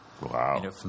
Wow